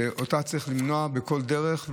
שאותה צריך למנוע בכל דרך.